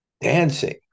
dancing